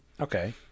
Okay